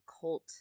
cult